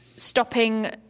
stopping